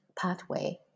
pathway